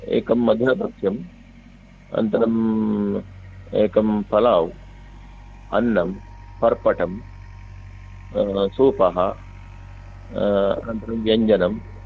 एकं मधुरभक्ष्यम् अनन्तरं एकं पलाव् अन्नम् पर्पटम् सूपः अनन्तरं व्यञ्जनम्